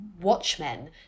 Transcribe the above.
watchmen